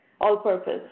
all-purpose